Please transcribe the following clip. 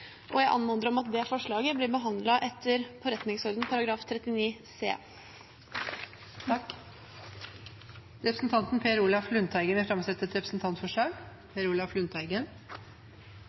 Jeg anmoder om at det forslaget blir behandlet etter forretningsordenen § 39 c. Representanten Per Olaf Lundteigen vil framsette et representantforslag.